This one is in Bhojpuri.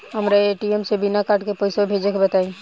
हमरा ए.टी.एम से बिना कार्ड के पईसा भेजे के बताई?